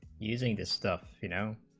using this stuff you know